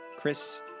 Chris